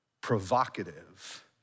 provocative